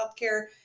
healthcare